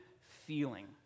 feeling